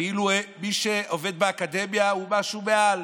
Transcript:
כאילו מי שעובד באקדמיה הוא משהו מעל,